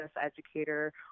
educator